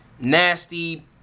nasty